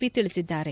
P ತಿಳಿಸಿದ್ದಾರೆ